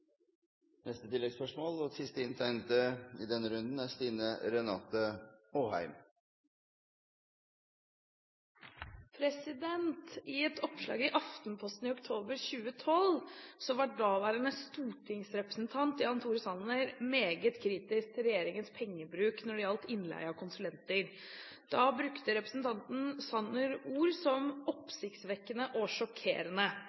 Stine Renate Håheim – til oppfølgingsspørsmål. I et oppslag i Aftenposten i oktober 2012 var daværende stortingsrepresentant Jan Tore Sanner meget kritisk til regjeringens pengebruk når det gjaldt innleie av konsulenter. Da brukte representanten Sanner ord som